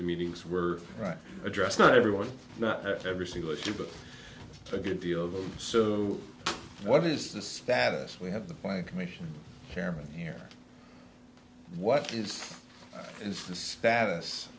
n meetings were right address not everyone not every single issue but a good deal of so what is the status we have the plan commission chairman here what is the spat us